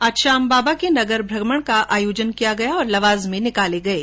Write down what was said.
आज श्याम बाबा के नगर भ्रमण का आयोजन किया गया और लवाजमे निकाले गये